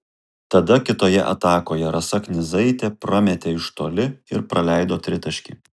tada kitoje atakoje rasa knyzaitė prametė iš toli ir praleido tritaškį